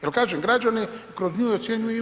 Jer kažem, građani kroz nju ocjenjuju i vas.